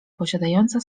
posiadająca